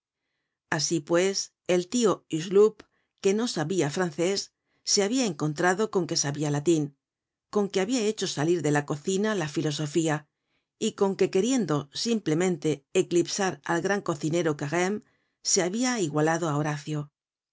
asi pues el tio hucheloup que no sabia francés se habia encontrado con que sabia latin con que habia hecho salir de la cocina la filosofía y con que queriendo simplemente eclipsar al gran cocinero careme se habia igualado á horacio